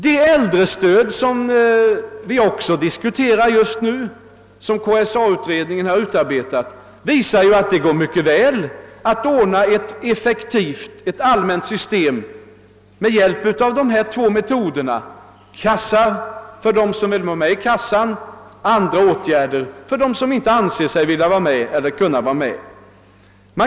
Det äldrestöd som vi också diskuterar just nu och som KSA-utredningen har utarbetat förslag till, visar att det går mycket bra att ordna ett effektivt allmänt system med hjälp av dessa två metoder: kassa för dem som vill vara anslutna till en sådan och andra åtgärder för dem som anser sig inte vilja eller inte kunna vara med i en kassa.